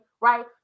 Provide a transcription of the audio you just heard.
right